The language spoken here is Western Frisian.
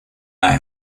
nei